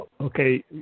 okay